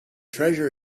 treasure